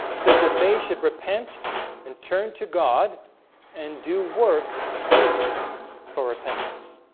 says that they should repent and turn to god and do works meet for repentance